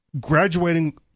Graduating